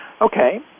Okay